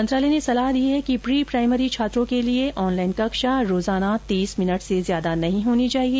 मंत्रालय ने सलाह दी है कि प्री प्राइमरी छात्रों के लिए ऑनलाइन कक्षा प्रतिदिन तीस मिनट से ज्यादा नहीं होनी चाहिए